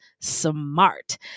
smart